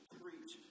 preach